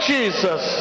Jesus